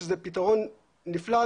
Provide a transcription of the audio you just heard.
שזה פתרון נפלא,